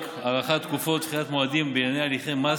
הארכת תקופות דחיית מועדים בענייני הליכי מס